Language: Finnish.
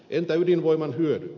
entä ydinvoiman hyödyt